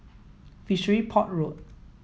Fishery Port Road